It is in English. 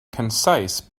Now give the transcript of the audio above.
concise